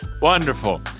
Wonderful